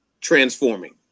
transforming